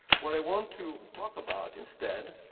what i want to talk about instead,